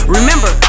Remember